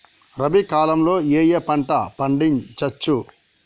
రబీ కాలంలో ఏ ఏ పంట పండించచ్చు?